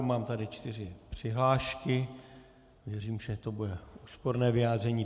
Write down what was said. Mám tady čtyři přihlášky, věřím, že to bude úsporné vyjádření.